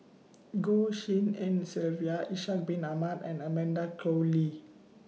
Goh Tshin En Sylvia Ishak Bin Ahmad and Amanda Koe Lee